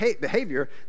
behavior